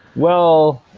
well,